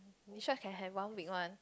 Nisha can have one week one